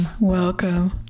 Welcome